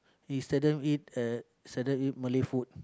we seldom eat at seldom eat Malay food